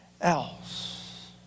else